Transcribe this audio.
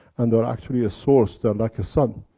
and are actually a source. they are like a sun.